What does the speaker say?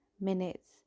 minutes